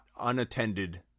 unattended